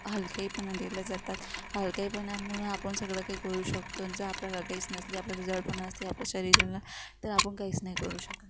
हलक्याहीपणा द्यायला जातात हलकाहीपणामुळं आपण सगळं काही करू शकतो जर आपल्या काहीच नसली आपल्याला जड पण असते आपल्या शरीराला तर आपण काहीच नाही करू शकत